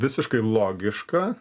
visiškai logiška